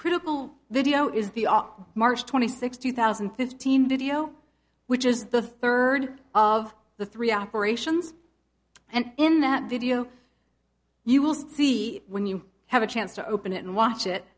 critical video is the art march twenty sixth two thousand and thirteen video which is the third of the three operations and in that video you will see when you have a chance to open it and watch it